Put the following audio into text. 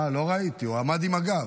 אה, לא ראיתי, הוא עמד עם הגב.